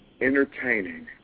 entertaining